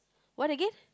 what again